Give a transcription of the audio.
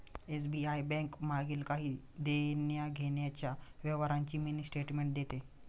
SBI bank मागील काही देण्याघेण्याच्या व्यवहारांची मिनी स्टेटमेंट देते